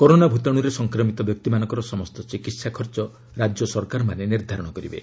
corona ଭୂତାଶୁରେ ସଂକ୍ରମିତ ବ୍ୟକ୍ତିମାନଙ୍କର ସମସ୍ତ ଚିକିତ୍ସା ଖର୍ଚ୍ଚ ରାଜ୍ୟ ସରକାରମାନେ ନିର୍ଦ୍ଧାରଣ କରିବେ